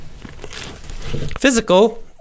Physical